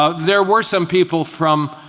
ah there were some people from